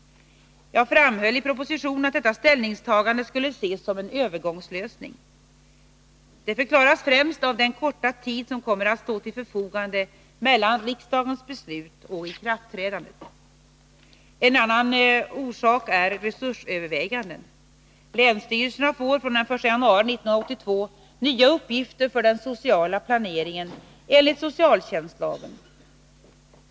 Jag framhöll i propositionen att detta ställningstagande skulle ses som en övergångslösning. Det förklaras främst av den korta tid som kommer att stå till förfogande mellan riksdagens beslut och ikraftträdandet. En annan orsak är resursöverväganden. Länsstyrelserna får från den 1 januari 1982 nya uppgifter för den sociala planeringen enligt socialtjänstlagen.